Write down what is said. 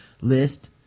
list